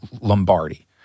Lombardi